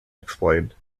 explained